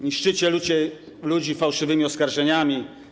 Niszczycie ludzi fałszywymi oskarżeniami.